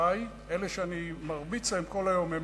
הם